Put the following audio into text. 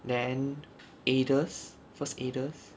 then aiders first aiders